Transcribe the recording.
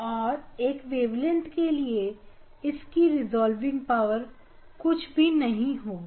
और एक wavelength के लिए इसका रिजॉल्विंग पावर कुछ भी नहीं होगा